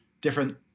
different